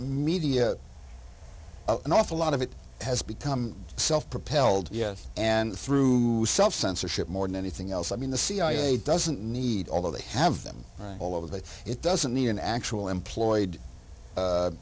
media an awful lot of it has become self propelled yes and through self censorship more than anything else i mean the cia doesn't need although they have them all over that it doesn't need an actual employed